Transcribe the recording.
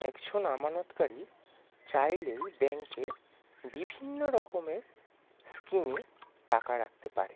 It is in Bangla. একজন আমানতকারী চাইলেই ব্যাঙ্কে বিভিন্ন রকমের স্কিমে টাকা রাখতে পারে